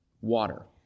Water